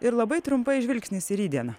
ir labai trumpai žvilgsnis į rytdieną